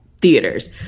theaters